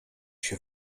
się